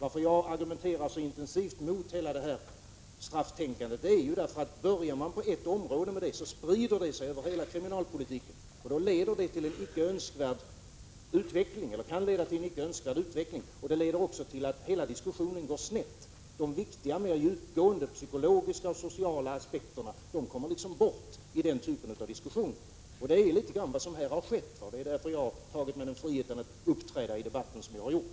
Att jag argumenterar så intensivt mot hela det här strafftänkandet beror ju på att om man börjar med det på ett område, så sprider det sig över hela kriminalpolitiken. Då kan detta leda till en icke önskvärd utveckling. Det leder också till att hela diskussionen går snett. De viktiga, mer djupgående, psykologiska och sociala, aspekterna kommer bort i den typen av diskussion. Det är i någon mån vad som här har skett, och det är därför som jag har tagit mig friheten att uppträda i debatten så som jag har gjort.